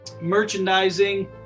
merchandising